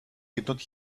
cannot